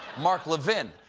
mark levin.